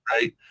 right